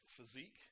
physique